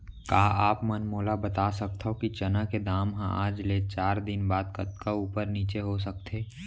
का आप मन मोला बता सकथव कि चना के दाम हा आज ले चार दिन बाद कतका ऊपर नीचे हो सकथे?